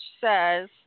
says